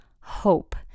hope